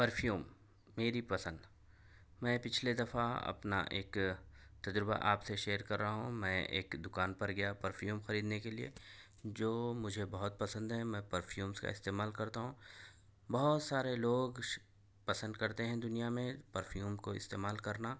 perfume میری پسند میں پچھلے دفعہ اپنا ایک تجربہ آپ سے شیئر کر رہا ہوں میں ایک دکان پر گیا پرفیوم خریدنے کے لیے جو مجھے بہت پسند ہے میں پرفیومس کا استعمال کرتا ہوں بہت سارے لوگ شک پسند کرتے ہیں دنیا میں پرفیوم کو استعمال کرنا